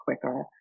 quicker